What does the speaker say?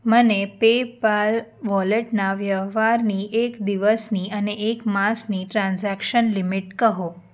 મને પેપાલ વોલેટના વ્યવહારની એક દિવસની અને એક માસની ટ્રાન્ઝેક્શન લિમિટ કહો